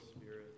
Spirit